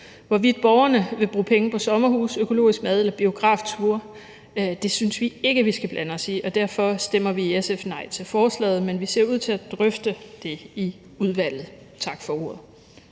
Hvorvidt borgerne vil bruge penge på sommerhuse, økologisk mad eller biografture, synes vi ikke vi skal blande os i, og derfor stemmer vi i SF nej til forslaget, men vi ser frem til at drøfte det i udvalget. Tak for ordet.